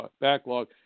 backlog